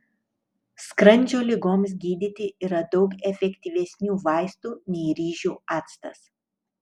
skrandžio ligoms gydyti yra daug efektyvesnių vaistų nei ryžių actas